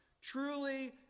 Truly